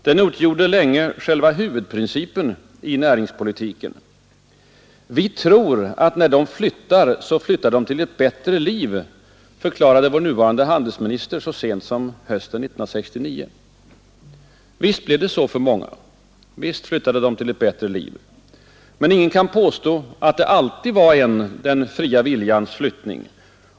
Den utgjorde länge själva huvudprincipen i näringspolitiken. ”Vi tror att när dom flyttar, så flyttar dom till ett bättre liv” — förklarade vår nuvarande finansminister så sent som hösten 1969. Och visst blev det så för många. Visst flyttade de till ett bättre liv. Men ingen kan påstå att det alltid var en den fria viljans flyttning.